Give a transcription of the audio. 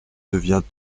devient